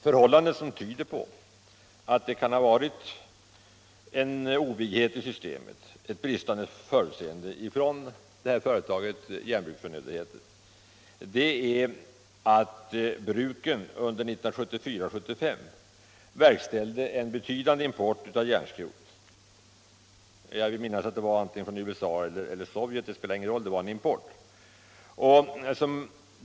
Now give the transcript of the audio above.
Något som tyder på att det kan ha varit en otymplighet i systemet, ett bristande förutseende hos Järnbruksförnödenheter, är att bruken under 1974/75 verkställde en betydande import av järnskrot, enligt vad jag minns från USA eller Sovjet.